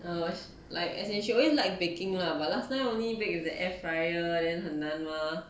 err like as in she always like baking lah but last time only bake with the air fryer then 很难 mah